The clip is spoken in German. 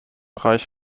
reicht